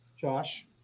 Josh